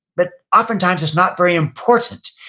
but oftentimes not very important.